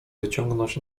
wyciągnąć